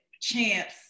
chance